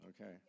Okay